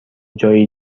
جایی